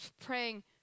praying